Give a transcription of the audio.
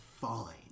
fine